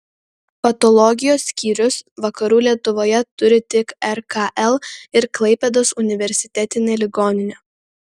patologijos skyrius vakarų lietuvoje turi tik rkl ir klaipėdos universitetinė ligoninė